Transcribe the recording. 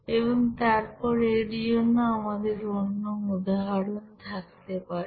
এবং তারপর এর জন্য আমাদের অন্য উদাহরণ থাকতে পারে